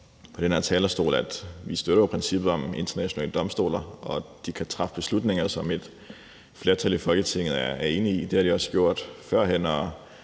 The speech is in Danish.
på denne talerstol før os, at vi støtter princippet om internationale domstole, og at de kan træffe beslutninger, som et flertal i Folketinget er enig i. Det har de også gjort før.